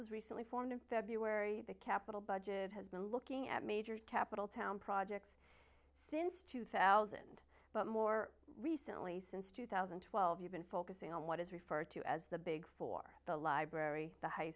was recently formed in february the capital budget has been looking at major capital town projects since two thousand but more recently since two thousand and twelve you've been focusing on what is referred to as the big four the library the high